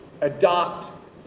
Adopt